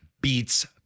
Beats